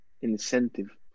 incentive